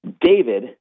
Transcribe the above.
David